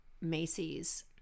Macy's